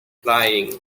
lying